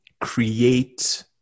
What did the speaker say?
create